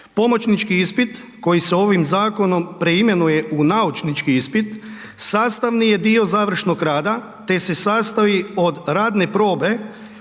pomoćnički ispit koji se ovim zakonom preimenuje u naučnički ispit sastavni je dio završnog rada te se sastoji od radne probe